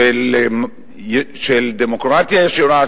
של דמוקרטיה ישירה,